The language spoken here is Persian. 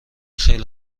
خیلی